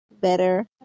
better